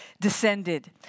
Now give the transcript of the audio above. descended